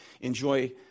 enjoy